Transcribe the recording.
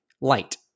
Light